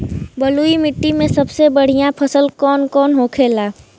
बलुई मिट्टी में सबसे बढ़ियां फसल कौन कौन होखेला?